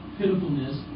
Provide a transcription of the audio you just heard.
pitifulness